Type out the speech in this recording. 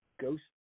Ghost